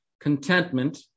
Contentment